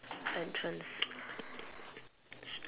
entrance